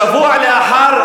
שבוע לאחר,